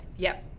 yep.